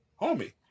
homie